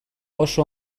oso